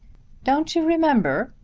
don't you remember,